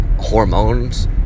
hormones